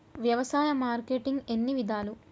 వ్యవసాయ మార్కెటింగ్ ఎన్ని విధాలు?